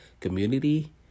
community